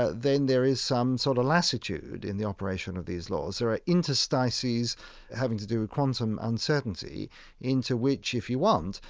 ah then there is some sort of lassitude in the operation of these laws. there are interstices having to do with quantum and certainty certainty into which, if you want,